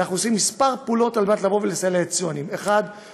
אנחנו עושים כמה פעולות כדי לסייע ליצואנים: דבר אחד,